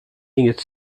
inget